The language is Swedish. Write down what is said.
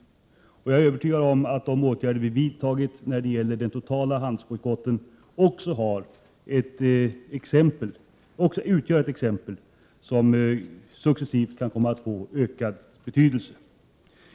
Jag är övertygad om att de åtgärder som vi har vidtagit när det gäller den totala handelsbojkotten också utgör ett exempel som successivt kan komma att få ökad betydelse.